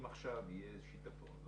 אם עכשיו יהיה שיטפון,